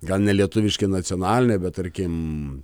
gal nelietuviški nacionaliniai bet tarkim